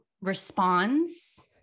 responds